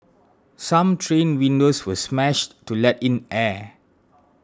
some train windows were smashed to let in air